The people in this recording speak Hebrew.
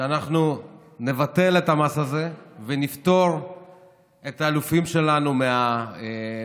שאנחנו נבטל את המס הזה ונפתור את האלופים שלנו מהמס,